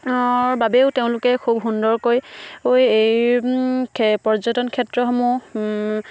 বাবেও তেওঁলোকে খুব সুন্দৰকৈ এই পৰ্যটন ক্ষেত্ৰসমূহ